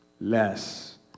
Less